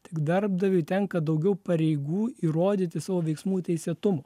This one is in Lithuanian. tik darbdaviui tenka daugiau pareigų įrodyti savo veiksmų teisėtumo